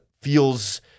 feels